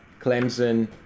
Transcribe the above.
Clemson